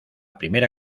primera